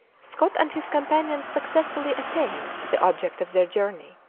scott and his companions successfully attained the object of their journey.